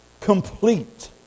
complete